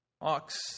ox